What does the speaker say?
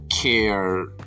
care